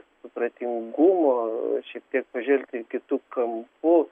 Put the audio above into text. supratingumo šiek tiek pažvelgti kitu kampu